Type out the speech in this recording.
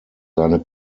seine